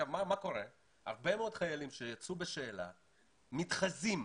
הרבה מאוד חיילים שיצאו בשאלה מתחזים,